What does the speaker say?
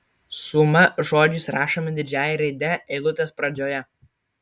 suma žodžiais rašoma didžiąja raide eilutės pradžioje